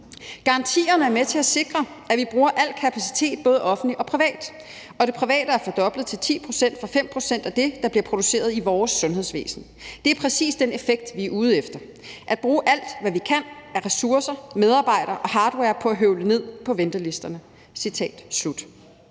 »Garantierne er med til at sikre, at man bruger al kapacitet i sundhedsvæsenet, både offentligt og privat. Og det private er fordoblet til 10 procent fra 5 procent af det, der bliver produceret i vores sundhedsvæsen. Det er præcis den effekt, vi er ude efter: At bruge alt hvad vi kan af ressourcer, medarbejdere og hardware på at høvle ned på ventelisterne.« Det